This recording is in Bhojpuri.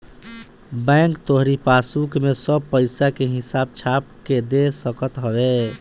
बैंक तोहरी पासबुक में सब पईसा के हिसाब छाप के दे सकत हवे